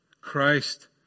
Christ